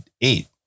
eight